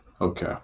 okay